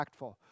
impactful